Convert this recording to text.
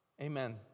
amen